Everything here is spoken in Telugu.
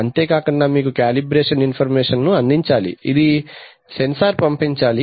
అంతేకాకుండా మీకు కాలిబ్రేషన్ ఇన్ఫర్మేషన్ ను అందించాలి ఇది సెన్సార్ పంపించాలి